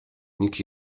nikt